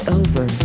over